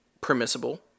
permissible